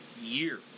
year